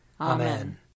Amen